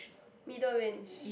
middle range